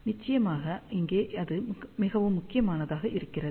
நிச்சயமாக இங்கே அது மிகவும் முக்கியமானதாக இருக்கிறது